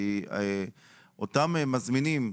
כי אותם מזמינים,